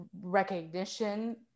recognition